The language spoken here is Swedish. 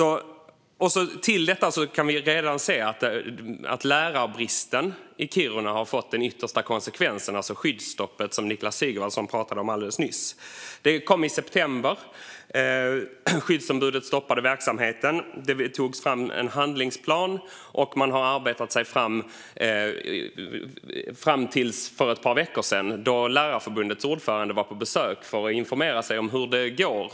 Därutöver kan vi redan se att lärarbristen i Kiruna har fått den yttersta konsekvensen: skyddsstoppet som Niklas Sigvardsson pratade om alldeles nyss. Det skedde i september när skyddsombudet stoppade verksamheten. Det togs fram en handlingsplan, och man har arbetat med den fram till för ett par veckor sedan, då Lärarförbundets ordförande var på besök för att informera sig om hur det går.